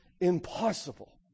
impossible